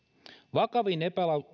vakavin